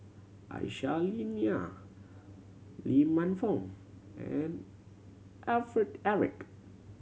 Aisyah Lyana Lee Man Fong and Alfred Eric